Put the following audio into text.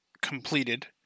completed